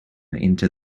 into